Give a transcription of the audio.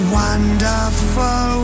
wonderful